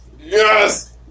Yes